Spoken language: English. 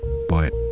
but